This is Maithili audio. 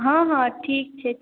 हँ हँ ठीक छै